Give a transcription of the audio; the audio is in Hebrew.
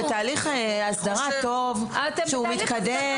בתהליך הסדרה טוב שהוא מתקדם.